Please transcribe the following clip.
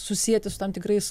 susieti su tam tikrais